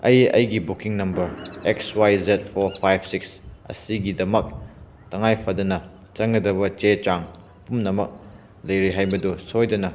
ꯑꯩ ꯑꯩꯒꯤ booking number X Y Z four five six ꯑꯁꯤꯒꯤꯗꯃꯛ ꯇꯉꯥꯏꯐꯗꯕ ꯆꯪꯒꯗꯕ ꯆꯦ ꯆꯥꯡ ꯄꯨꯝꯅꯃꯛ ꯂꯩꯔꯦ ꯍꯥꯏꯕꯗꯨ ꯁꯣꯏꯗꯅ